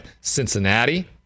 Cincinnati